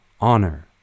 honor